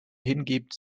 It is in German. hingibt